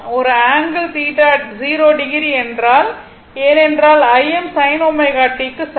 ஒரு angle 0o ஏனென்றால் Im sin ω t க்கு சமம்